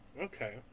Okay